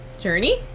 Journey